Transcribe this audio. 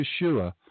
Yeshua